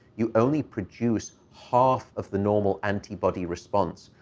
you only produce half of the normal antibody response,